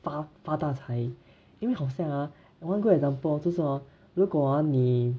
发发大财因为好像啊 one good example 就是 hor 如果啊你